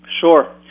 Sure